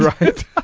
right